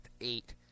eight